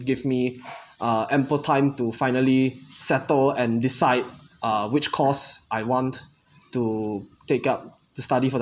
give me uh ample time to finally settle and decide uh which course I want to take up to study for